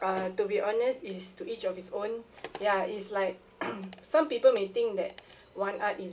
uh to be honest is to each of its own ya it's like some people may think that one art is